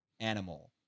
Animal